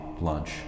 lunch